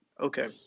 Okay